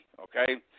okay